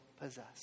possess